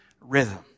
rhythm